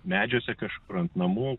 medžiuose kažkur ant namų